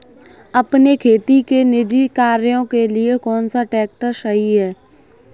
अपने खेती के निजी कार्यों के लिए कौन सा ट्रैक्टर सही है?